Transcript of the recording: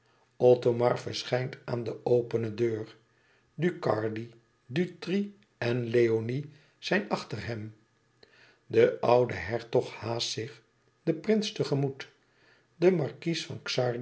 thomar verschijnt aan de opene deur ducardi dutri en leoni zijn achter hem de oude hertog haast zich den prins tegemoet de markies van